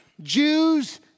Jews